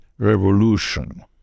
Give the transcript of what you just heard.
revolution